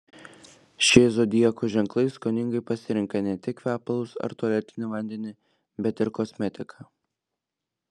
šie zodiako ženklai skoningai pasirenka ne tik kvepalus ar tualetinį vandenį bet ir kosmetiką